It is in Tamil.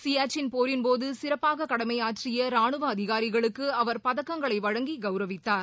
சியாச்சின் போரின்போதுசிறப்பாககடமையாற்றியராணுவஅதிகாரிகளுக்குஅவர் பதக்கங்களைவழங்கிகௌரவித்தார்